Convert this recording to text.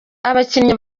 abakinnyi